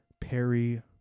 Perry